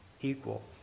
Equal